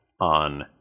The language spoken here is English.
on